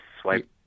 swipe